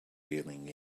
feeling